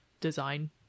design